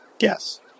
yes